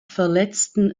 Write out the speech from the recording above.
verletzten